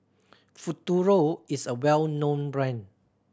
Futuro is a well known brand